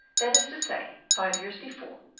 that is to say, five years before,